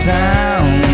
down